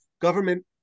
Government